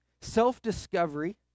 Self-discovery